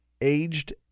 aged